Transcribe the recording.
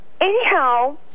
Anyhow